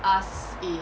us in